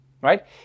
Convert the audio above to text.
right